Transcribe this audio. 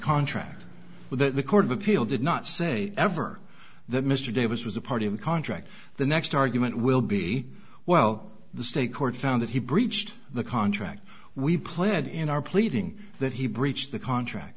contract with the court of appeal did not say ever that mr davis was a party of contract the next argument will be well the state court found that he breached the contract we pled in our pleading that he breached the contract